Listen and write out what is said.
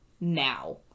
now